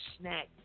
snack